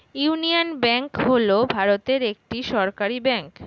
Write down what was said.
union bank হল ভারতের একটি সরকারি ব্যাঙ্ক